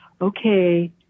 okay